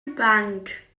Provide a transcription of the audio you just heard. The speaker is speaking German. parkbank